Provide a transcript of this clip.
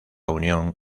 unión